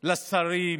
לשרים,